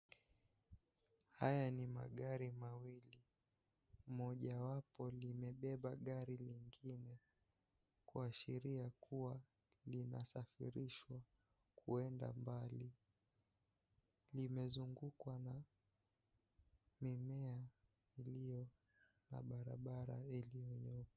Haya ni magari mawili mojawapo limebeba gari lingine kuashiria kuwa linasafirishwa kuenda mbali. Limezungukwa na mimea iliyo kwa barabara.